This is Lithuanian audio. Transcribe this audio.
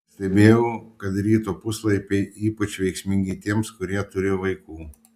pastebėjau kad ryto puslapiai ypač veiksmingi tiems kurie turi vaikų